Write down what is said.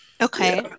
Okay